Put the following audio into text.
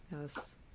Yes